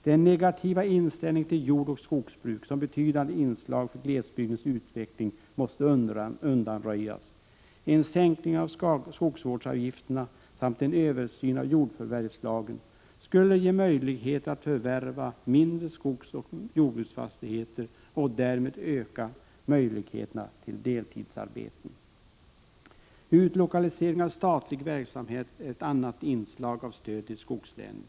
Den negativa inställningen till jordoch skogsbruket som betydande inslag för glesbygdens utveckling måste undanröjas. En sänkning av skogsvårdsavgifterna samt en översyn av jordförvärvslagen skulle göra det möjligt att förvärva mindre skogsoch jordbruksfastigheter. Därmed skulle också möjligheterna att få deltidsarbeten öka. Utlokalisering av statlig verksamhet är en annan form av stöd till skogslänen.